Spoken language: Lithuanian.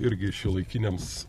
irgi šiuolaikiniams